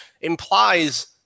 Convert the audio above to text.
implies